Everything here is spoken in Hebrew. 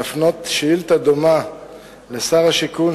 להפנות שאילתא דומה לשר השיכון,